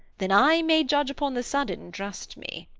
than i may judge upon the sudden, trust me.